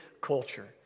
culture